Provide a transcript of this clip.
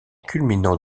culminant